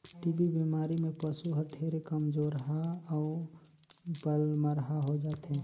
TB बेमारी में पसु हर ढेरे कमजोरहा अउ पलमरहा होय जाथे